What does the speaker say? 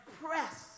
press